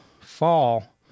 fall